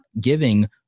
giving